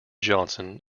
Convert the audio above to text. johnson